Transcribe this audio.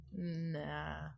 Nah